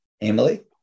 Emily